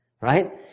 Right